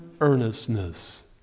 earnestness